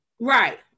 Right